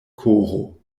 koro